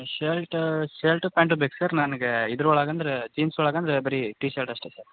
shirt shirt pant ಬೇಕು sir ನನ್ಗೆ ಇದ್ರ ಒಳಗೆ ಅಂದ್ರೆ ಜೀನ್ಸ್ ಒಳಗೆ ಅಂದ್ರೆ ಬರೀ ಟಿ ಶರ್ಟ್ ಅಷ್ಟೇ ಸರ್